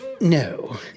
No